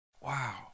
Wow